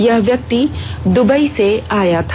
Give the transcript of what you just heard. यह व्यक्ति दुबई से आया था